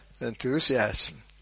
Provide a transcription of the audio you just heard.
enthusiasm